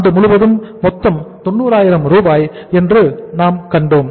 ஆண்டு முழுவதும் மொத்தம் 90000 ரூபாய் என்று நாங்கள் கண்டோம்